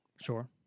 Sure